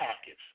package